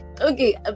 Okay